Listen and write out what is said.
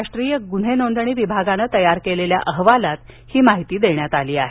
राष्ट्रीय गुन्हे नोंदणी विभागानं तयार केलेल्या अहवालात ही माहिती देण्यात आली आहे